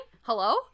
Hello